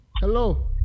hello